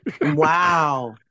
Wow